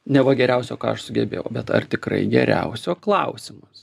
neva geriausio ką aš sugebėjau bet ar tikrai geriausio klausimas